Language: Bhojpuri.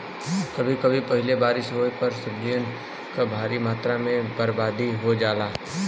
कभी कभी पहिले बारिस होये पर सब्जियन क भारी मात्रा में बरबादी हो जाला